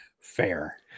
Fair